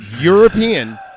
European